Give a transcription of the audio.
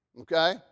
okay